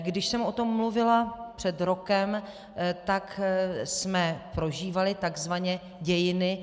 Když jsem o tom mluvila před rokem, tak jsme prožívali takzvaně dějiny.